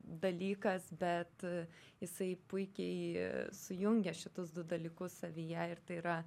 dalykas bet jisai puikiai sujungia šituos du dalykus savyje ir tai yra